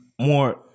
more